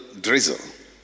drizzle